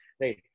right